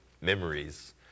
memories